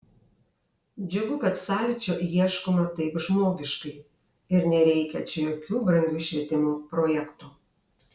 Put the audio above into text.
džiugu kad sąlyčio ieškoma taip žmogiškai ir nereikia čia jokių brangių švietimo projektų